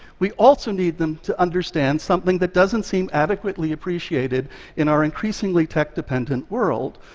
we also need them to understand something that doesn't seem adequately appreciated in our increasingly tech-dependent world,